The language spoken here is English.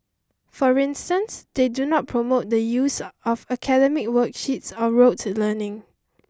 for instance they do not promote the use of academic worksheets or rote learning